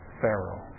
Pharaoh